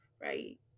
right